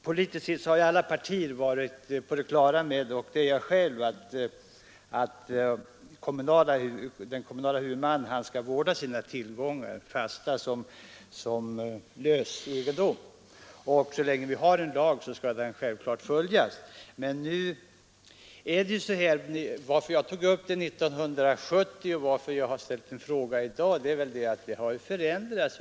Politiskt sett har alla partier varit på det klara med — liksom jag själv — att den kommunala huvudmannen skall vårda sina tillgångar, både fast och lös egendom. Så länge vi har en lag skall den självfallet följas. Anledningen till att jag tog upp problemet 1970 och anledningen till att jag ställt en fråga i år är att förhållandena har förändrats.